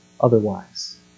otherwise